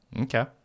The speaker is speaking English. Okay